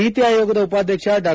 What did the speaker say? ನೀತಿ ಆಯೋಗದ ಉಪಾಧ್ಯಕ್ಷ ಡಾ